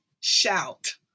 shout